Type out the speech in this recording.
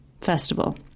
festival